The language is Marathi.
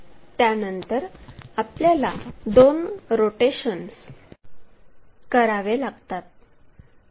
त्यानंतर आपल्याला दोन रोटेशन्स करावे लागतात